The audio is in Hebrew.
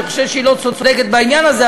אני חושב שהיא לא צודקת בעניין הזה,